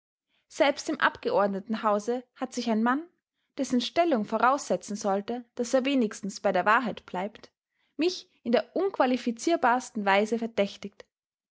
selbst im abgeordnetenhause hat sich ein mann dessen stellung voraussetzen sollte daß er wenigstens bei der wahrheit bleibt mich in der unqualifizierbarsten weise verdächtigt